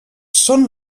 són